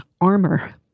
armor